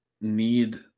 need